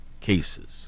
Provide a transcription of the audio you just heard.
cases